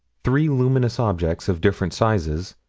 three luminous objects, of different sizes,